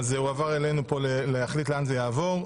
אז זה הועבר אלינו להחליט לאן זה יעבור.